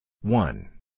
One